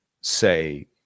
say